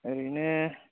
औरैनो